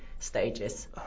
Stages